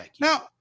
now